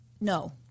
No